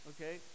okay